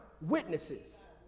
witnesses